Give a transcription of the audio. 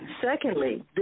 secondly